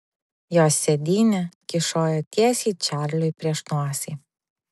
jos sėdynė kyšojo tiesiai čarliui prieš nosį